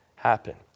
happen